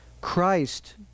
Christ